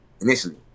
initially